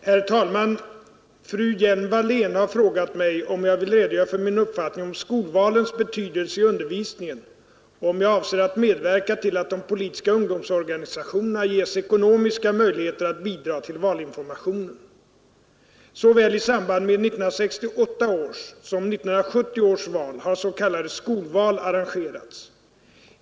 Herr talman! Fru Hjelm-Wallén har frågat mig, om jag vill redogöra för min uppfattning om skolvalens betydelse i undervisningen och om jag avser att medverka till att de politiska ungdomsorganisationerna ges ekonomiska möjligheter att bidra till valinformationen. I samband med såväl 1968 års som 1970 års val har s.k. skolval arrangerats.